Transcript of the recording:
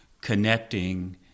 connecting